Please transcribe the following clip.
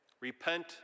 Repent